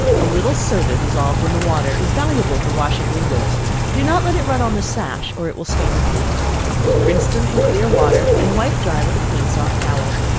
a little soda dissolved in the water is valuable for washing windows do not let it run on the sash, or it will stain the paint rinse them in clear water, and wipe dry with a clean soft towel.